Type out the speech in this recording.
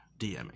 DMing